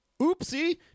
oopsie